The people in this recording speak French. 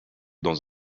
dans